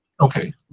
Okay